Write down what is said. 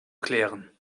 klären